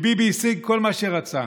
כי ביבי השיג כל מה שרצה,